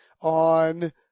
on